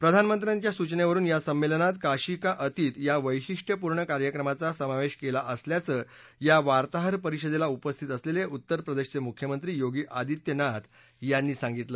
प्रधानमंत्र्यांच्या सूचनक्रिन या संमध्यमात काशी का अतीत या वैशिष्ट्यपूर्ण कार्यक्रमाचा समावधीकळा असल्याचं या वार्ताहर परिषदली उपस्थित असलच्छित्तर प्रदर्शप्रमुख्यमंत्री योगी आदित्यनाथ यांनी सांगितलं